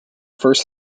first